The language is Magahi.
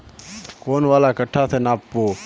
कौन वाला कटा से नाप बो?